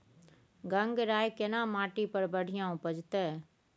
गंगराय केना माटी पर बढ़िया उपजते?